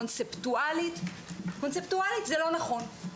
זה לא נכון.